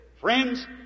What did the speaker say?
Friends